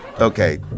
Okay